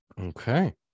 Okay